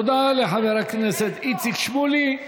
תודה לחבר הכנסת איציק שמולי.